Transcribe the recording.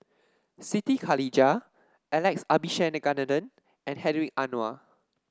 Siti Khalijah Alex Abisheganaden and Hedwig Anuar